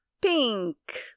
pink